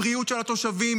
הבריאות של התושבים,